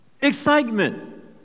excitement